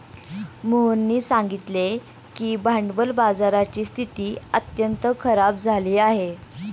मोहननी सांगितले की भांडवल बाजाराची स्थिती अत्यंत खराब झाली आहे